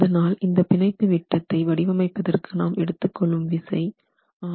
அதனால் இந்த பிணைப்பு விட்டத்தை வடிவமைப்பதற்கு நாம் எடுத்துக்கொள்ளும் விசை 6